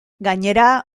gainera